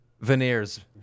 Veneers